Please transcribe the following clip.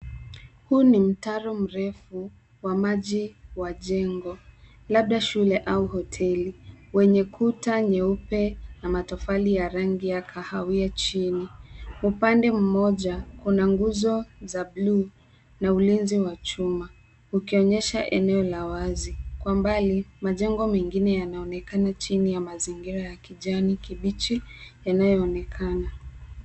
Huu ni mtaro mrefu wa maji wa jengo labda shule au hoteli wenye kuta nyeupe na matofali ya rangi ya kahawia chini. Upande mmoja una nguzo za bluu na ulinzi wa chuma ukionyesha eneo la wazi. Kwa mbali majengo mengine yanaonekana chini ya mazingira ya kijani kibichi yanayoonekana.